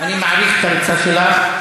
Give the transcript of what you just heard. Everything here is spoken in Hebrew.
אני מעריך את הריצה שלך,